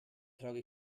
trage